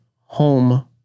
home